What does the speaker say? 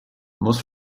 most